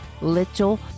little